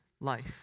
life